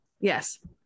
yes